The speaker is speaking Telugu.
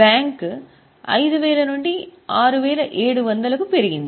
బ్యాంక్ 5000 నుండి 6700 కు పెరిగింది